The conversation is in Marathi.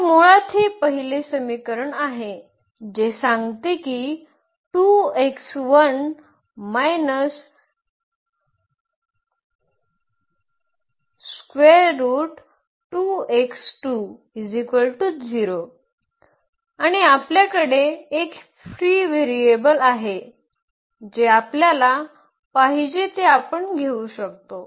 तर मुळात हे पहिले समीकरण आहे जे सांगते की आणि आपल्याकडे एक फ्री व्हेरिएबल आहे जे आपल्याला पाहिजे ते आपण घेऊ शकतो